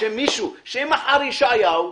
שאם מחר ישעיהו,